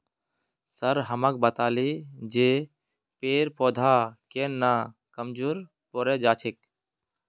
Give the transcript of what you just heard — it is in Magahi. सर हमाक बताले जे पेड़ पौधा केन न कमजोर पोरे जा छेक